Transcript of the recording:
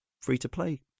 free-to-play